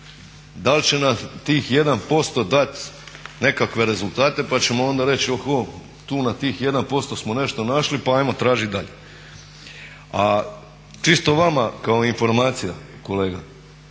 da li će nam tih 1% dati nekakve rezultate pa ćemo onda reći oho, tu na tih 1% smo nešto našli pa ajmo tražiti dalje. A čisto vama kao informacija kolega,